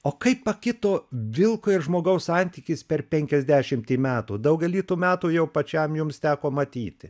o kaip pakito vilko ir žmogaus santykis per penkiasdešimtį metų daugelį tų metų jau pačiam jums teko matyti